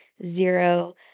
zero